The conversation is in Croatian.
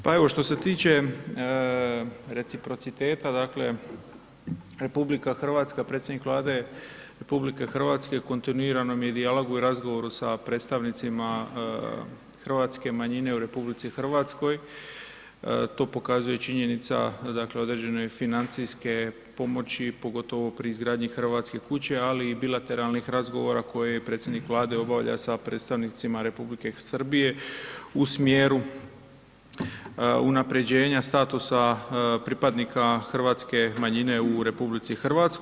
Pa evo što se tiče reciprociteta, dakle RH, predsjednik Vlade RH u kontinuiranom je dijalogu i razgovoru sa predstavnicima hrvatske manjine u RH, to pokazuje činjenica dakle određene financijske pomoći pogotovo pri izgradnji Hrvatske kuće, ali i bilateralnih razgovora koje je predsjednik Vlade obavlja sa predstavnicima R. Srbije u smjeru unaprjeđenja statusa pripadnika hrvatske manjine u RH.